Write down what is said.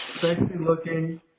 sexy-looking